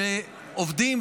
שעובדים,